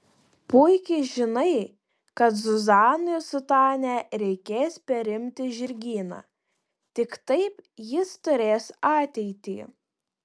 puikiai žinai kad zuzanai su tania reikės perimti žirgyną tik taip jis turės ateitį